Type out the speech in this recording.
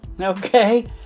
okay